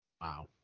Wow